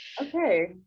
Okay